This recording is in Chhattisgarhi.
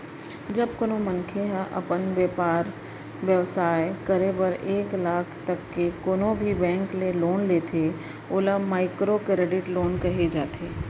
जब कोनो मनखे ह अपन बेपार बेवसाय करे बर एक लाख तक के कोनो भी बेंक ले लोन लेथे ओला माइक्रो करेडिट लोन कहे जाथे